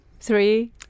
three